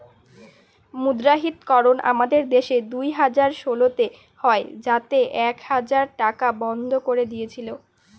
মুদ্রাহিতকরণ আমাদের দেশে দুই হাজার ষোলোতে হয় যাতে এক হাজার টাকা বন্ধ করে দিয়েছিল